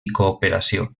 cooperació